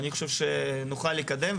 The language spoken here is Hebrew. אני חושב שנוכל לקדם,